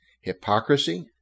hypocrisy